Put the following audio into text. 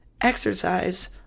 exercise